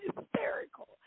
hysterical